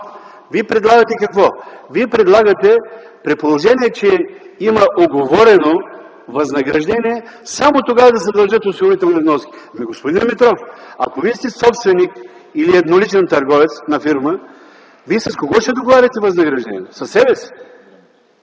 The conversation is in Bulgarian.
предлагате? Вие предлагате, при положение че има уговорено възнаграждение, само тогава да се дължат осигурителни вноски. Господин Димитров, ако Вие сте собственик или едноличен търговец на фирма, Вие с кого ще договаряте възнаграждението си, със себе си?